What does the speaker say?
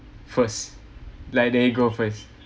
first like the ego first